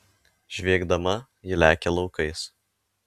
žviegdama ji lekia laukais